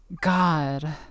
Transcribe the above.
God